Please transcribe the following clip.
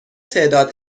تعداد